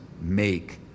make